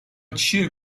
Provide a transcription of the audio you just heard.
چیه